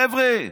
חבר'ה,